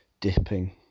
Dipping